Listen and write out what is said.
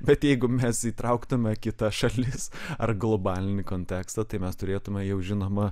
bet jeigu mes įtrauktume kitas šalis ar globalinį kontekstą tai mes turėtume jau žinoma